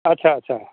अच्छा अच्छा